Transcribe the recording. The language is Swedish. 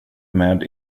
med